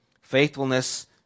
Faithfulness